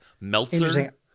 Meltzer